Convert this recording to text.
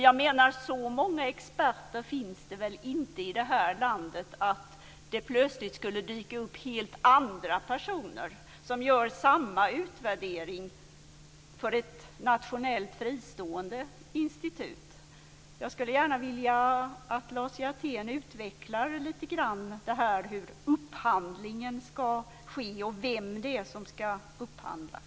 Jag menar att så många experter finns det väl inte i det här landet att det plötsligt skulle dyka upp helt andra personer som gör samma utvärdering för ett nationellt fristående institut. Jag skulle gärna vilja att Lars Hjertén lite grann utvecklar hur upphandlingen ska ske och vem det är som ska upphandlas.